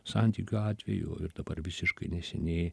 santykių atveju ir dabar visiškai neseniai